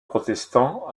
protestant